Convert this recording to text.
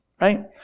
right